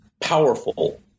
powerful